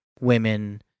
women